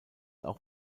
auch